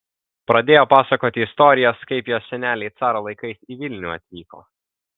pradėjo pasakoti istorijas kaip jos seneliai caro laikais į vilnių atvyko